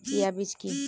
Chia বীজ কী?